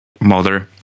mother